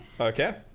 Okay